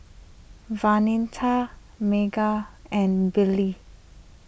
Vonetta Meghan and Billie